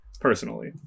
personally